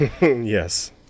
Yes